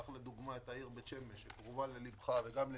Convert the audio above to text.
למשל, העיר בית שמש שקרובה ללבך וגם ללבי,